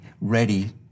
ready